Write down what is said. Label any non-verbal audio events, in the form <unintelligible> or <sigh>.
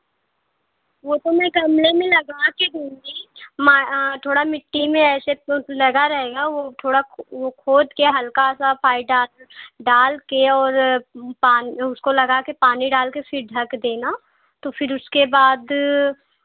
वह तो मैं गमले में लगाकर दूँगी मैं थोड़ा मिट्टी में ऐसे फूल लगा रहेगा वह थोड़ा वह खोदकर हल्का सा <unintelligible> डाल डालकर और पा उसको लगाकर पानी डालकर फिर ढक देना तो फिर उसके बाद